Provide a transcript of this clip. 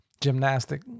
Gymnastic